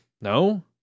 No